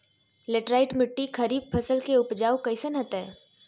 Laterite मिट्टी खरीफ फसल के उपज कईसन हतय?